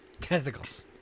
Tentacles